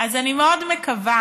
אז אני מאוד מקווה,